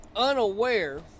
Unaware